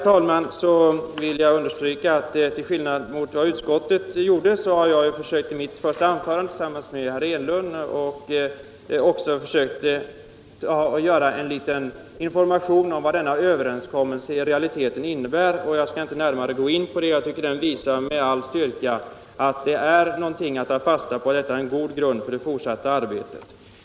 Till skillnad mot utskottet har jag tillsammans med herr Enlund försökt ge information om vad den frivilliga överenskommelsen i realiteten innebär. Jag skall inte närmare gå in på det. Jag tycker att överenskommelsen med all tänkbar styrka visar att den är någonting att ta fasta på, en god grund för det fortsatta arbetet.